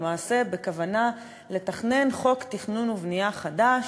למעשה בכוונה לתכנן חוק תכנון ובנייה חדש,